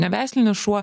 neveislinis šuo